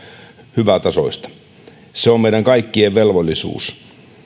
hyvätasoista se on meidän kaikkien velvollisuus